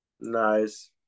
Nice